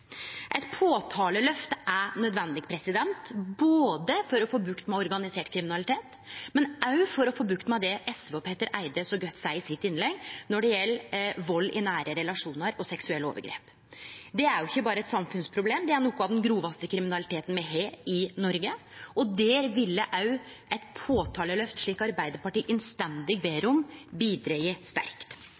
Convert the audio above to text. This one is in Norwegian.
Eit påtalelyft er nødvendig både for å få bukt med organisert kriminalitet og for å få bukt med det SV og Petter Eide så godt sa i innlegget sitt når det gjeld vald i nære relasjonar og seksuelle overgrep. Det er ikkje berre eit samfunnsproblem, det er noko av den grovaste kriminaliteten me har i Noreg, og der ville òg eit påtalelyft, slik Arbeidarpartiet innstendig ber om, bidrege sterkt.